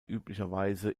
üblicherweise